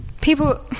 people